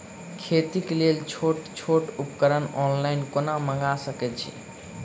खेतीक लेल छोट छोट उपकरण ऑनलाइन कोना मंगा सकैत छी?